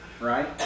right